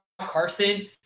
Carson